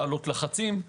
להעלות לחצים.